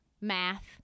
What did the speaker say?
math